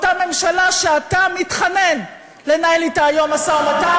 אותה ממשלה שאתה מתחנן לנהל אתה היום משא-ומתן,